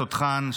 התותחן,